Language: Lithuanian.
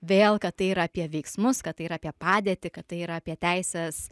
vėl kad tai yra apie veiksmus kad tai yra apie padėtį kad tai yra apie teises